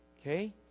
Okay